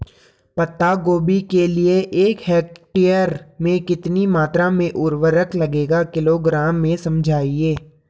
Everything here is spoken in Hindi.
पत्ता गोभी के लिए एक हेक्टेयर में कितनी मात्रा में उर्वरक लगेगा किलोग्राम में समझाइए?